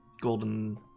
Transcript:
golden